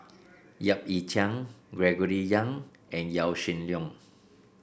Yap Ee Chian Gregory Yong and Yaw Shin Leong